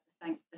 thank